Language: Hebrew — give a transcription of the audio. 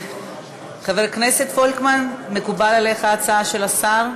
חבר הכנסת פולקמן, מקובלת עליך ההצעה של השר?